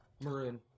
Maroon